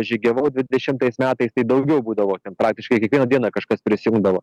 žygiavau dvidešimtais metais tai daugiau būdavo ten praktiškai kiekvieną dieną kažkas prisijungdavo